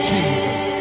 Jesus